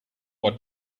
what